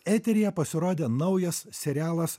eteryje pasirodė naujas serialas